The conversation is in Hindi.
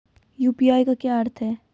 यू.पी.आई का क्या अर्थ है?